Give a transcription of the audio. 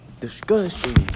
disgusting